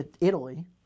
Italy